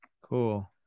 Cool